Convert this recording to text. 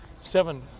Seven